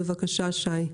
בבקשה, שי.